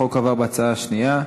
החוק עבר בקריאה שנייה.